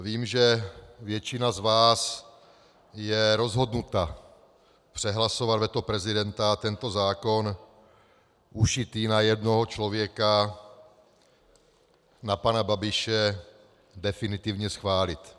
Vím, že většina z vás je rozhodnuta přehlasovat veto prezidenta a tento zákon ušitý na jednoho člověka, na pana Babiše, definitivně schválit.